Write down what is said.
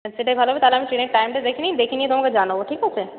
হ্যাঁ সেটাই ভালো হবে তাহলে আমি ট্রেনের টাইমটা দেখে নিই দেখে নিয়ে তোমাকে জানাব ঠিক আছে